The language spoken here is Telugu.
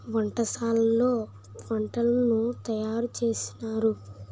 వంటశాలలో వంటలను తయారు చేసినారు